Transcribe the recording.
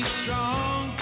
strong